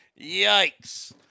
Yikes